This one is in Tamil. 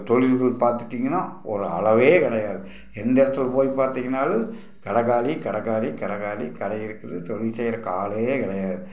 தொழில்கள் பார்த்துட்டிங்கன்னா ஒரு அளவே கிடையாது எந்த இடத்துல போய் பார்த்திங்கன்னாலும் கடை காலி கடை காலி கடை காலி கடை இருக்குது தொழில் செய்றதுக்கு ஆளே கிடையாது